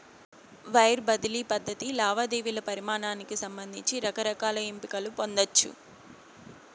wire బదిలీ పద్ధతి లావాదేవీల పరిమానానికి సంబంధించి రకరకాల ఎంపికలు పొందచ్చు